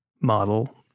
model